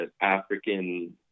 African